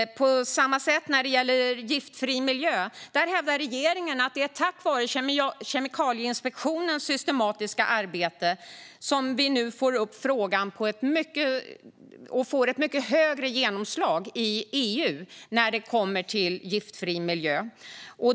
Vad gäller målet Giftfri miljö hävdar regeringen att tack vare Kemikalieinspektionens systematiska arbete har frågan fått ett större genomslag i EU.